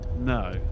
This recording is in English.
No